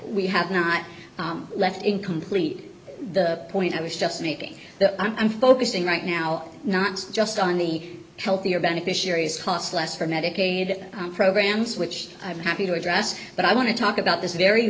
we have not left incomplete the point i was just making that i'm focusing right now not just on the healthier beneficiaries cost less for medicaid programs which i'm happy to address but i want to talk about this very